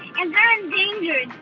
and they're endangered.